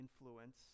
influence